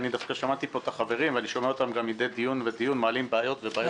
שמעתי את החברים ואני שומע אותם מדי דיון מעלים בעיות מבעיות שונות.